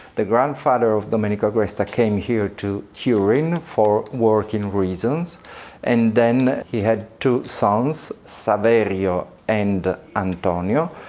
the grandfather of domenico agresta came here to turin for working reasons and then he had two sons, saverio and antonio.